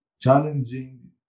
challenging